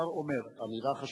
שהשר אומר, זאת אמירה חשובה ביותר.